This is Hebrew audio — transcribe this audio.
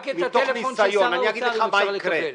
מתוך ניסיון, אני אגיד לך מה יקרה,